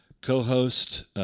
co-host